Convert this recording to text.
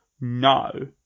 no